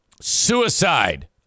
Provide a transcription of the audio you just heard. Suicide